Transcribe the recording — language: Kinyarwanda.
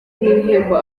n’ibihembo